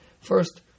First